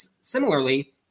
similarly